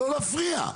לא להפריע.